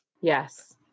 Yes